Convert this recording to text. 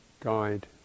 guide